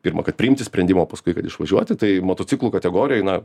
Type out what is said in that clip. pirma kad priimti sprendimą paskui kad išvažiuoti tai motociklų kategorijoj na